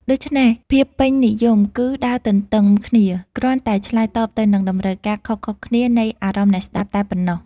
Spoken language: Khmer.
ដូច្នេះ ភាពពេញនិយមគឺដើរទន្ទឹមគ្នា គ្រាន់តែឆ្លើយតបទៅនឹងតម្រូវការខុសៗគ្នានៃអារម្មណ៍អ្នកស្ដាប់តែប៉ុណ្ណោះ។